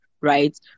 right